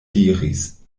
diris